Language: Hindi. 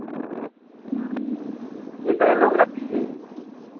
कितने लोग रहेंगे